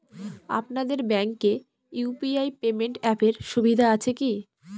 আপনাদের ব্যাঙ্কে UPI payment অ্যাপের সুবিধা আছে কি?